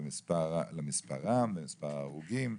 למספרן ולמספר ההרוגים.